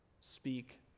speak